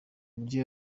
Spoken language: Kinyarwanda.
uburyo